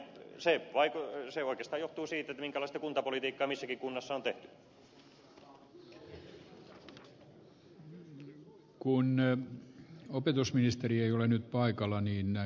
se oikeastaan johtuu siitä minkälaista kuntapolitiikkaa missäkin kunnassa on nyt paikallaan niin ne